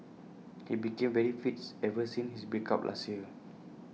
he became very fits ever since his break up last year